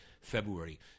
february